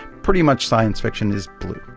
pretty much science fiction is blue.